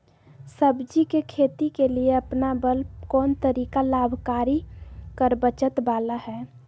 सब्जी के खेती के लिए अपनाबल कोन तरीका लाभकारी कर बचत बाला है?